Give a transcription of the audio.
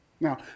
Now